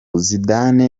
zidane